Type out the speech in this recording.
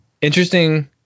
Interesting